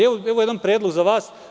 Evo jednog predloga za vas.